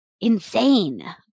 insane